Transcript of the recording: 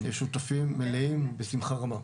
אנחנו שותפים מלאים, בשמחה רבה.